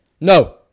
No